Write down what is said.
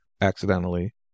accidentally